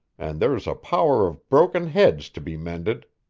and there's a power of broken heads to be mended.